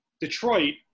Detroit